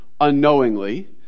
unknowingly